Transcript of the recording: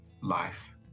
life